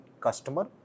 customer